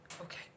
Okay